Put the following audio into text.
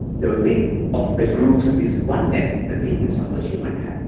the width of the grooves is one-tenth the thickness of a human hair.